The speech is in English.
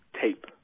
tape